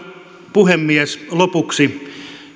puhemies lopuksi